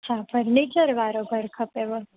छा फर्नीचर वारो घरु खपेव